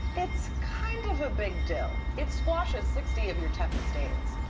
its kind of a big dill. it squashes sixty of your toughest stains.